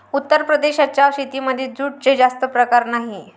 उत्तर प्रदेशाच्या शेतीमध्ये जूटचे जास्त प्रकार नाही